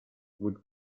would